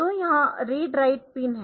तो यह read write pin है